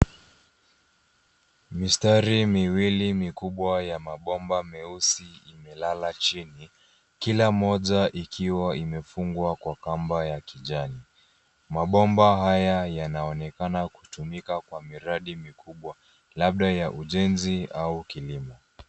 Mistari miwili mikubwa ya mabomba meusi imelala chini. Kila moja ikiwa imefungwa kwa kamba ya kijani. Mabomba haya yanaonekana kutumika kwa miradi mikubwa, labda ya ujenzi au kilimo.